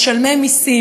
משלמי מסים,